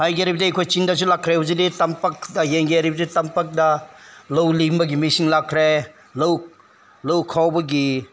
ꯍꯥꯏꯒꯗꯕꯗꯤ ꯑꯩꯈꯣꯏ ꯆꯤꯡꯗꯁꯨ ꯂꯥꯛꯈ꯭ꯔꯦ ꯍꯧꯖꯤꯛꯇꯤ ꯇꯝꯄꯥꯛꯇ ꯌꯦꯡꯒꯦ ꯍꯥꯏꯔꯕꯗꯤ ꯇꯝꯄꯥꯛꯇ ꯂꯧ ꯂꯤꯡꯕꯒꯤ ꯃꯦꯆꯤꯟ ꯂꯥꯛꯈ꯭ꯔꯦ ꯂꯧ ꯂꯧ ꯈꯥꯎꯕꯒꯤ